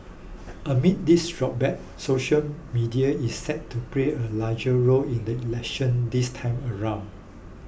amid this backdrop social media is set to play a larger role in the election this time around